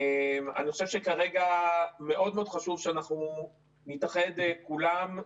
אני חושב שכרגע מאוד מאוד שאנחנו נתאחד כולם.